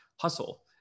Hustle